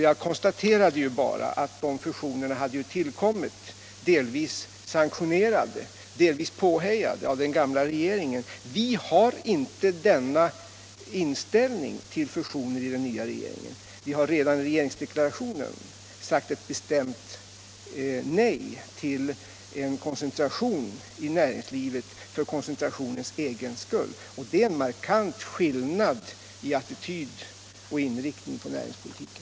Jag konstaterade bara att dessa fusioner tillkommit under den gamla regeringens tid, delvis sanktionerade, delvis påhejade, av den gamla regeringen. Den nya regeringen har inte denna inställning till fusioner. Vi har redan i regeringsdeklarationen sagt ett bestämt nej till en koncentration i näringslivet för koncentrationens egen skull. Det är en markant skillnad i attityd och inriktning på näringspolitiken.